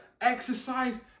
exercise